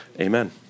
amen